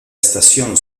estación